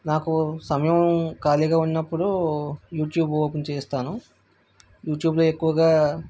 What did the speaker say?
నాకు సమయం ఖాళీగా ఉన్నప్పుడు యూట్యూబ్ ఓపెన్ చేస్తాను యూట్యూబ్లో ఎక్కువగా